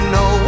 no